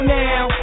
now